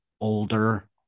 older